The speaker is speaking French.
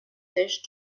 sèches